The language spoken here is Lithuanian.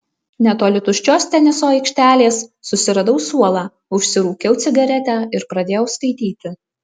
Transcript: netoli tuščios teniso aikštelės susiradau suolą užsirūkiau cigaretę ir pradėjau skaityti